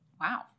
Wow